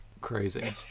crazy